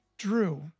Drew